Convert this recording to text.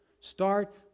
Start